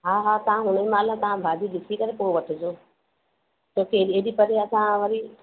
हा हा तव्हां हुन महिल तव्हां भाॼियूं ॾिसी करे पोइ वठिजो छो की एॾी एॾी परे असां वरी